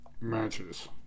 matches